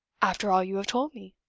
after all you have told me.